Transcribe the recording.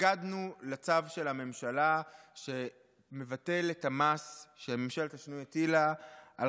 התנגדנו לצו של הממשלה שמבטל את המס שממשלת השינוי הטילה על